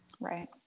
right